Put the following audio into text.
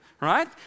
Right